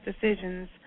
decisions